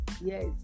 Yes